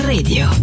Radio